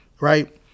right